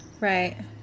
Right